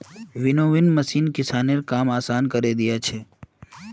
winnowing machine किसानेर काम आसान करे दिया छे